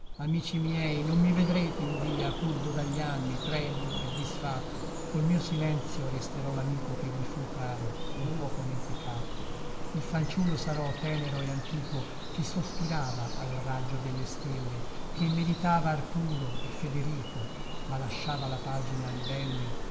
amici miei non mi vedrete in via curvo dagli anni tremulo e disfatto col mio silenzio resterò lamico che vi fu caro un poco mentecatto il fanciullo sarò tenero e antico che sospirava al raggio delle stelle che meditava arturo e federico ma lasciava la pagina ribelle